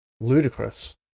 ludicrous